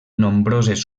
nombroses